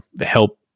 help